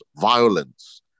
violence